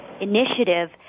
initiative